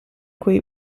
cui